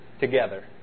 together